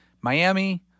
Miami